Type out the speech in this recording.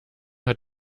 hat